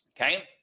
okay